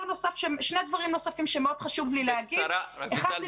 שני דברים חשובים שמאוד חשוב לי להגיד -- רויטל,